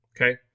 Okay